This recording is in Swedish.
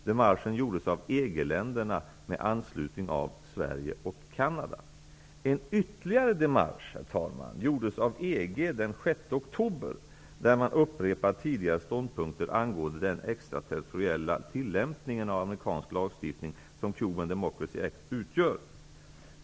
Den démarchen gjordes av EG-länderna med anslutning av Sverige och EG den 6 oktober, när man upprepade tidigare ståndpunkter angående den extraterritoriella tillämpning av amerikansk lagstiftning som Cuban Democracy Act utgör.